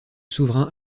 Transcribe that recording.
souverain